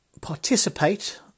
participate